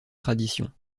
tradition